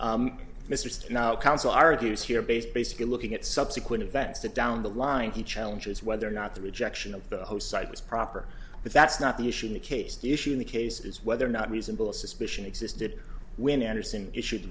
based basically looking at subsequent events that down the line he challenges whether or not the rejection of the host site was proper but that's not the issue in the case the issue in the case is whether or not reasonable suspicion existed when anderson issue